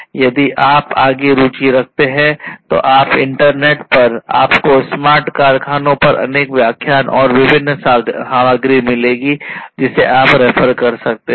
और यदि आप आगे रुचि रखते हैं तो आप इंटरनेट पर आपको स्मार्ट कारखानों पर अनेक व्याख्यान और विभिन्न सामग्री मिलेगी जिसे आप रेफर कर सकते हैं